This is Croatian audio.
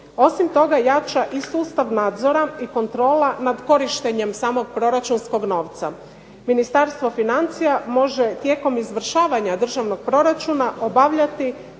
Osim toga, jača i sustav nadzora i kontrola nad korištenjem samog proračunskog novca. Ministarstvo financija može tijekom izvršavanja državnog proračuna obavljati